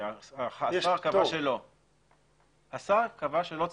השר קבע שלא צריך.